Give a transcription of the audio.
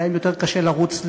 להם קשה יותר לרוץ,